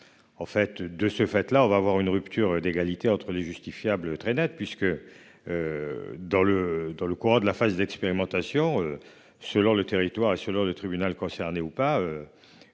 En fait, de ce fait là, on va avoir une rupture d'égalité entre les justifiable très Net puisque. Dans le dans le courant de la phase d'expérimentation. Selon le territoire national. Le tribunal concerné ou pas.